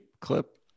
clip